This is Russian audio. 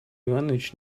иванович